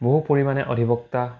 বহু পৰিমাণে অধিবক্তা